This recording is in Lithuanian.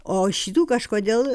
o šitų kažkodėl